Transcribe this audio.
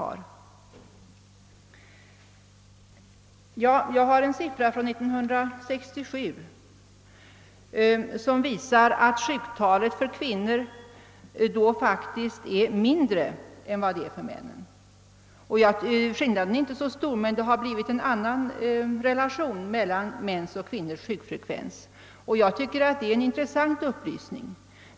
Jag har framför mig en siffra från år 1967 som visar att sjuktalet för kvinnor då faktiskt var mindre än för män. Skillnaden är inte så stor, men det visar att det har blivit en annan relation mellan mäns och kvinnors sjukfrekvens, och det anser jag vara en in tressant upplysning.